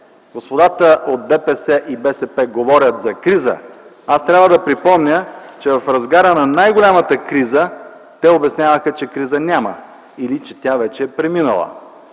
господата от ДПС и БСП говорят за криза, трябва да припомня, че в разгара на най-голямата криза те обясняваха, че криза няма или че тя вече е преминала.